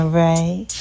right